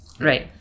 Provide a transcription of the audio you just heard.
Right